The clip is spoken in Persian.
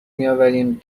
میآوریم